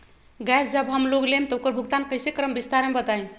Gas जब हम लोग लेम त उकर भुगतान कइसे करम विस्तार मे बताई?